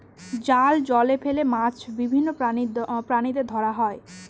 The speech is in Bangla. জাল জলে ফেলে মাছ আর বিভিন্ন প্রাণীদের ধরা হয়